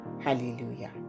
Hallelujah